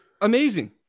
Amazing